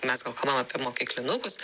mes gal kalbam apie mokyklinukus